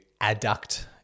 adduct